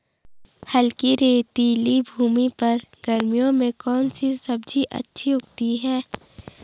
हल्की रेतीली भूमि पर गर्मियों में कौन सी सब्जी अच्छी उगती है?